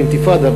עם אינתיפאדה,